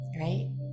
right